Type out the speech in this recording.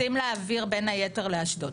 רוצים להעביר בין היתר לאשדוד.